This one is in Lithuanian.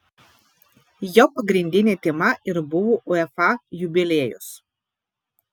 jo pagrindinė tema ir buvo uefa jubiliejus